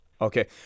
Okay